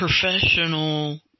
professional